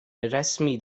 رسمی